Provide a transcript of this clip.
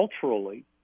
culturally